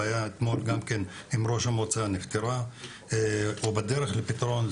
הבעיה נפתרה או בדרך לפתרון עם ראש המועצה,